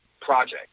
project